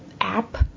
app